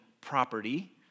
property